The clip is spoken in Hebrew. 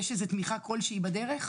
יש איזה תמיכה כלשהי בדרך?